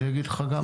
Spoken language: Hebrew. אני אגיד לך גם כן.